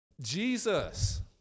Jesus